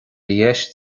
dheis